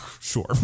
Sure